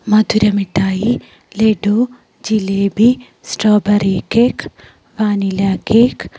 Madurai mithai laddu jalebi strawberry cake vanilla cake